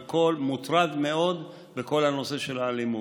מוטרד מאוד בכל הנושא של האלימות,